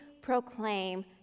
proclaim